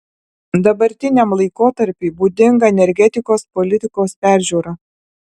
dabartiniam laikotarpiui būdinga energetikos politikos peržiūra